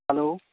hello